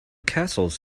castles